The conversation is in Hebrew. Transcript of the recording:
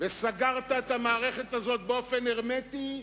וסגרת את המערכת הזאת באופן הרמטי.